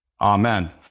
Amen